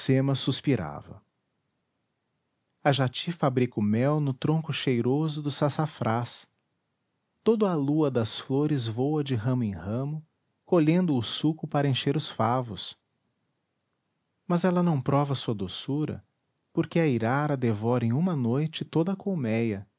iracema suspirava a jati fabrica o mel no tronco cheiroso do sassafrás toda a lua das flores voa de ramo em ramo colhendo o suco para encher os favos mas ela não prova sua doçura porque a irara devora em uma noite toda a colmeia